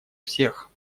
всех